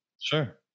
Sure